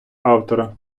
автора